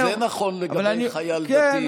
זה נכון לגבי חייל דתי,